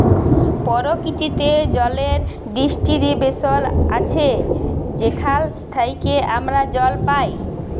পরকিতিতে জলের ডিস্টিরিবশল আছে যেখাল থ্যাইকে আমরা জল পাই